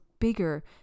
bigger